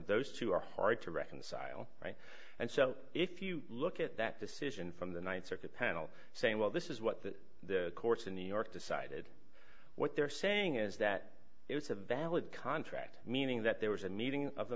those two are hard to reconcile and so if you look at that decision from the th circuit panel saying well this is what the the courts in new york decided what they're saying is that it's a valid contract meaning that there was a meeting of the